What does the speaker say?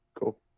cool